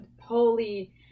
holy